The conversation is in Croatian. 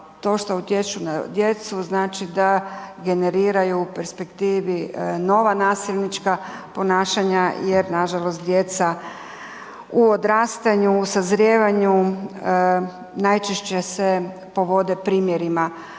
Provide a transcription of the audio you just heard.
to što utječu na djecu znači da generiraju perspektivi nova nasilnička ponašanja jer nažalost djeca u odrastanju, sazrijevanju, najčešće se povode primjerima